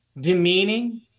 demeaning